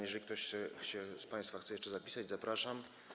Jeżeli ktoś z państwa chce się jeszcze zapisać, zapraszam.